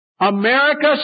America